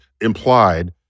implied